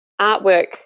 Artwork